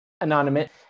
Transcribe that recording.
Anonymous